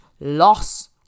loss